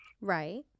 Right